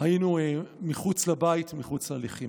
היינו מחוץ לבית, מחוץ ללחימה.